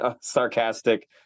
sarcastic